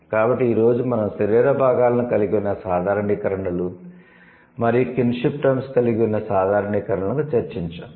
కాబట్టి ఈ రోజు మనం శరీర భాగాలను కలిగి ఉన్న సాధారణీకరణలు మరియు 'కిన్షిప్ టర్మ్స్' కలిగి ఉన్న సాధారణీకరణలను చర్చించాము